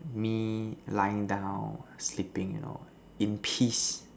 me lying down sleeping you know in peace